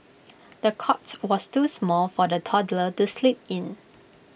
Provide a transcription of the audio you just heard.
the cots was too small for the toddler to sleep in